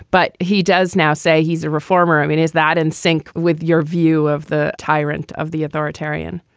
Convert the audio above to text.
but he does now say he's a reformer. i mean, is that in sync with your view of the tyrant of the authoritarian?